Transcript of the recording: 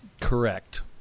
Correct